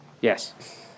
Yes